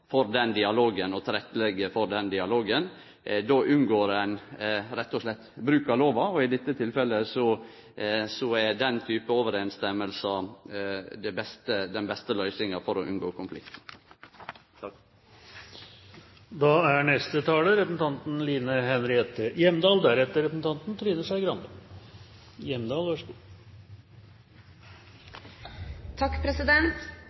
for den dialogen og leggje til rette for han. Då unngår ein rett og slett bruk av lova, og i dette tilfellet er den måten å kome overeins på den beste løysinga for å unngå